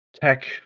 tech